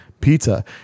pizza